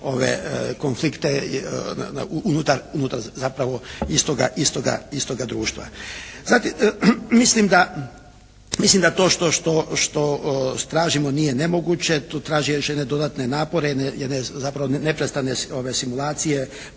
konflikte unutar zapravo istoga društva. Mislim da to što tražimo nije nemoguće, tu traži još jedne dodatne napore, jedne neprestane simulacije,